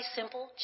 simple